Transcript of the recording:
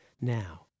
Now